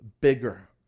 bigger